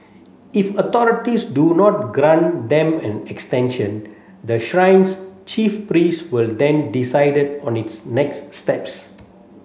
if authorities do not grant them an extension the shrine's chief priest will then decided on its next steps